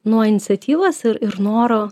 nuo iniciatyvos ir ir noro